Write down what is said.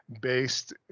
based